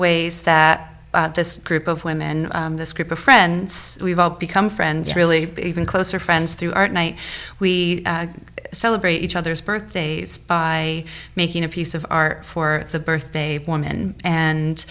ways that this group of women this group of friends we've all become friends really even closer friends through our night we celebrate each other's birthdays by making a piece of our for the birthday woman and